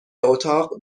اتاق